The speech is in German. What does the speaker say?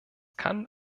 kann